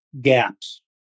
gaps